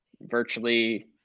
virtually